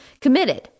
committed